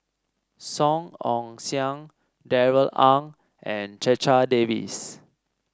Song Ong Siang Darrell Ang and Checha Davies